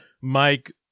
Mike